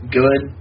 good